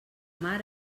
mar